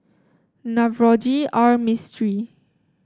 Navroji R Mistri